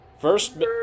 first